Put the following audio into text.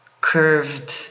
curved